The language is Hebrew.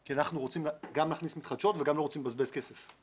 כי אנחנו רוצים גם להכניס מתחדשות וגם לא רוצים לבזבז כסף.